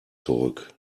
zurück